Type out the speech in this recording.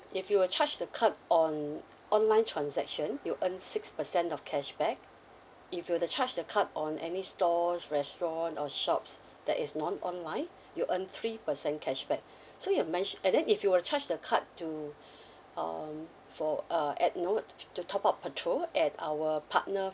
if you were charge the card on online transaction you earn six percent of cashback if you were to charge the card on any stores restaurant or shops that is non online you earn three percent cashback so you mensh~ and then if you were to charge the card to um for uh add note to top up petrol at our partner